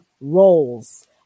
roles